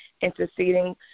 interceding